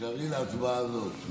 תישארי להצבעה הזאת.